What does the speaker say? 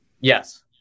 Yes